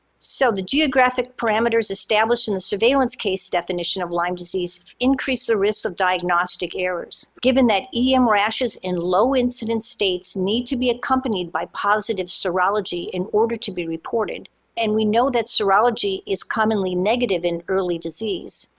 so the geographic parameters established in the surveillance case definition of lyme disease increase the risk of diagnostic errors. given that em rashes in low-incidence states need to be accompanied by positive serology in order to be reported and we know that serology is commonly negative in early disease,